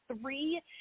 three